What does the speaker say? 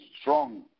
strong